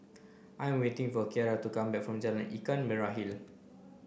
I waiting for Ciara to come back from Jalan Ikan Merah Hill